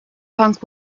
punk